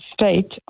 state